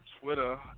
Twitter